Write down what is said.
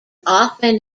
often